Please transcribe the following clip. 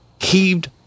heaved